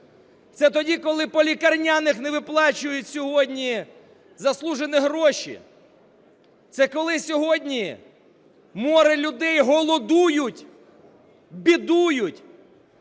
Це тоді, коли по лікарняних не виплачують сьогодні заслужені гроші. Це коли сьогодні море людей голодують, бідують